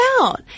out